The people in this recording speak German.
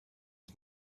der